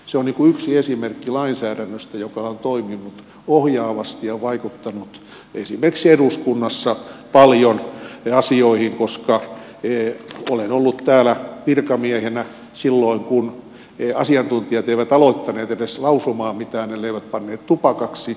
se on yksi esimerkki lainsäädännöstä joka on toiminut ohjaavasti ja vaikuttanut esimerkiksi eduskunnassa paljon ja asioihin koska olen ollut täällä virkamiehenä silloin kun asiantuntijat eivät aloittaneet edes lausumaan mitään elleivät panneet tupakaksi